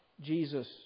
Jesus